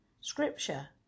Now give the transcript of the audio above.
Scripture